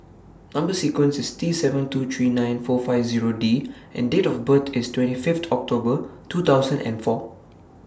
Number sequence IS T seven two three nine four five Zero D and Date of birth IS twenty Fifth October two thousand and four